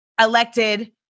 elected